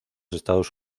estados